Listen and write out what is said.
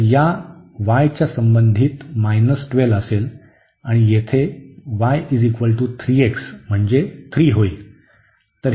तर या y च्या संबंधित 12 असेल आणि येथे y 3x म्हणजे 3 होईल